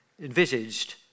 envisaged